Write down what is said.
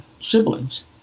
siblings